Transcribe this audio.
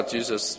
Jesus